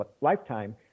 lifetime